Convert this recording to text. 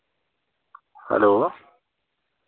hello